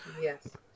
yes